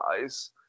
guys